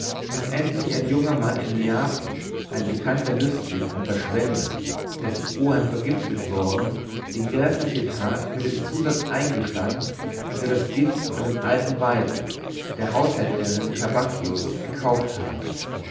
bis endlich ein junger mann in neapel ein bekannter lüstling und verschwender dessen oheim vergiftet worden die gräßliche tat mit dem zusatz eingestand daß er das gift von dem alten weibe der haushälterin trabacchios gekauft habe